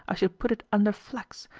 i should put it under flax,